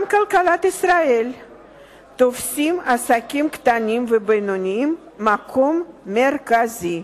גם בכלכלת ישראל תופסים עסקים קטנים ובינוניים מקום מרכזי.